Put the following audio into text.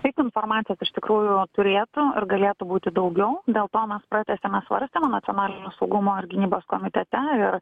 taip informacijos iš tikrųjų turėtų ar galėtų būti daugiau dėl to mes pratęsiame svarstymą nacionalinio saugumo ir gynybos komitete ir